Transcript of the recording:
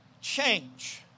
Change